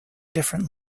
different